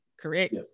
correct